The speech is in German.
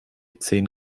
zehn